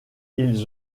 ils